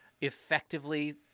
effectively